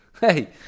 Hey